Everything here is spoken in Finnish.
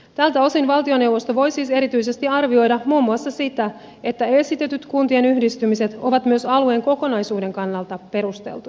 tältä osin valtioneuvosto voi siis erityisesti arvioida muun muassa sitä että esitetyt kuntien yhdistymiset ovat myös alueen kokonaisuuden kannalta perusteltuja